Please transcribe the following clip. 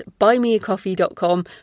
buymeacoffee.com